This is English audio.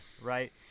Right